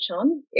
on